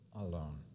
alone